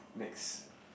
next